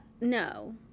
no